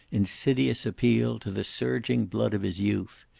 insidious appeal to the surging blood of his youth.